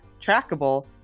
trackable